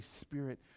Spirit